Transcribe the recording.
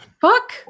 fuck